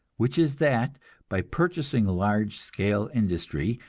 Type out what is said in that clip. which is that by purchasing large scale industry,